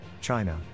China